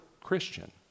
Christian